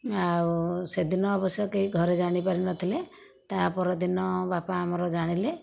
ଆଉ ସେଦିନ ଅବଶ୍ୟ କେହି ଘରେ ଜାଣି ପାରି ନଥିଲେ ତା ପର ଦିନ ବାପା ଆମର ଜାଣିଲେ